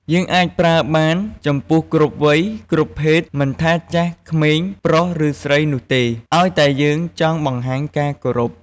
យើងអាចប្រើបានចំពោះគ្រប់វ័យ គ្រប់ភេទ មិនថាចាស់ ក្មេង ប្រុសឬស្រីនោះទេ ឱ្យតែយើងចង់បង្ហាញការគោរព។